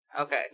Okay